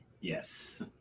Yes